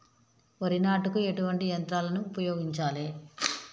వరి నాటుకు ఎటువంటి యంత్రాలను ఉపయోగించాలే?